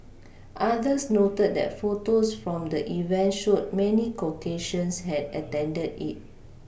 others noted that photos from the event showed many Caucasians had attended it